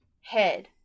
head